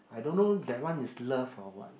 I don't know that one is love or what